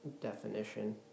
definition